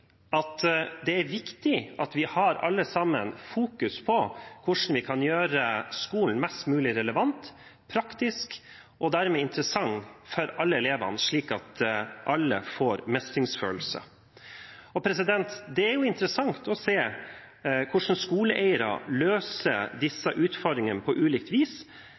at det er viktig at vi alle sammen har fokus på hvordan vi kan gjøre skolen mest mulig relevant, praktisk og dermed interessant for alle elevene, slik at alle får mestringsfølelse. Det er interessant å se hvordan skoleeiere løser disse utfordringene på ulikt vis,